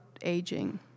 aging